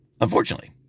Unfortunately